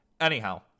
Anyhow